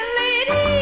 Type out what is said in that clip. lady